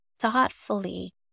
thoughtfully